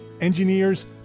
engineers